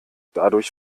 dadurch